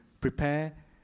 prepare